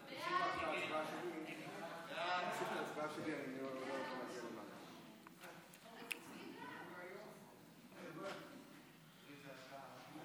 ההצעה להעביר את הצעת חוק שירותי תעופה (פיצוי וסיוע בשל ביטול טיסה או